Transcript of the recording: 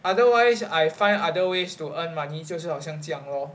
otherwise I find other ways to earn money 就是好像这样 loh